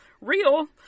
Real